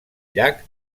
llac